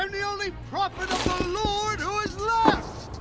um the only prophet of the lord who is left,